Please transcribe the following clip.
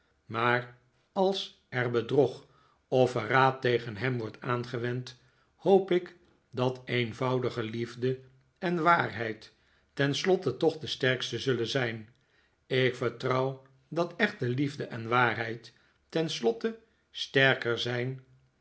maar als er bedrog of verraad tegen hem wordt aangewend hoop ik dat eenvoudige liefde en waarheid ten slotte toch de sterksten zullen zijn ik vertrouw dat echte liefde en waarheid ten slotte sterker zijn